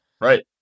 right